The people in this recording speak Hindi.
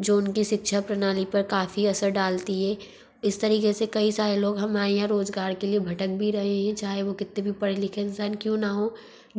जो उनकी शिक्षा प्रणाली पर काफ़ी असर डालती है इस तरीक़े से कई सारे लोग हमारे यहाँ रोज़गार के लिए भटक भी रहे हैं चाहे वे कितने भी पढे लिखे इंसान क्यों ना हो